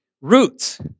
roots